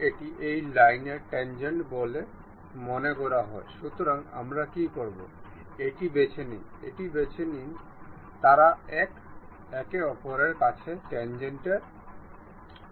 আমরা এই change transparency কে দেখে এখানে ডান ক্লিক করব